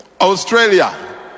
Australia